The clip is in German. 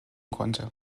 konnte